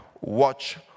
watch